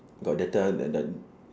got data then done